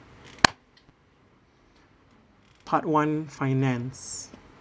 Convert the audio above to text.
part one finance